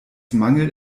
mangelt